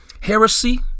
heresy